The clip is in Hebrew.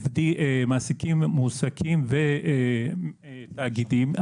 מועסקים ותאגידים,